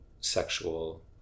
sexual